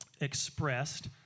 expressed